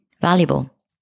valuable